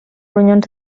ronyons